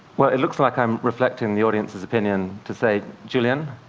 well, it looks like i'm reflecting the audience's opinion to say, julian,